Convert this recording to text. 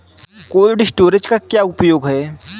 Cold storage का क्या उपयोग है?